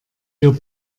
wir